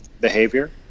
behavior